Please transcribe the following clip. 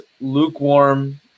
lukewarm –